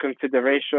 consideration